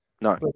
No